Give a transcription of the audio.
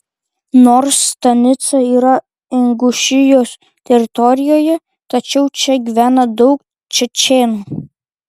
nors stanica yra ingušijos teritorijoje tačiau čia gyvena daug čečėnų